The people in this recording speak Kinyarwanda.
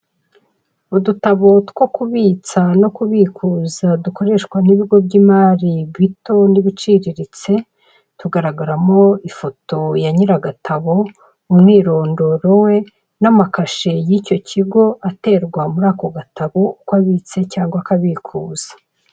Udutabo two kubitsa no kubikuza dukoreshwa n'ibigo by'imari bito n'ibiciriritse, tugaragaramo ifoto ya nyiri agatabo, umwirondoro we, n'amakashe y'icyo kigo aterwa muri ako gatabo ko abitsa cyangwa akabikuza.